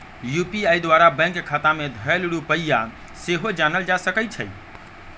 UPI द्वारा bank खता में धएल रुपइया सेहो जानल जा सकइ छै